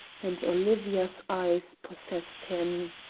and olivia's eyes possessed him.